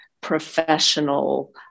professional